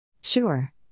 Sure